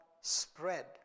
spread